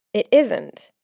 it isn't.